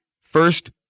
First